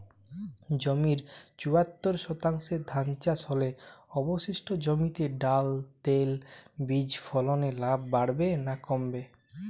জমির চুয়াত্তর শতাংশে ধান চাষ হলে অবশিষ্ট জমিতে ডাল তৈল বীজ ফলনে লাভ বাড়বে না কমবে?